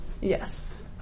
Yes